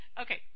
Okay